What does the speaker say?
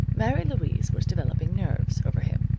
mary louise was developing nerves over him.